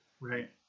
Right